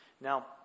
Now